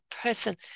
person